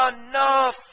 enough